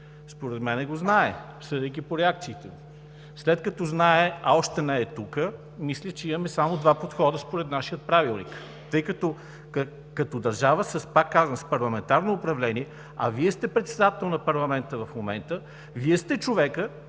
Според мен го знае, съдейки по реакциите му. След като знае, а още не е тук, мисля, че имаме само два подхода, според нашия Правилник. Като държава, пак казвам – с парламентарно управление, а Вие сте Председател на парламента в момента, Вие сте човекът,